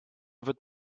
wird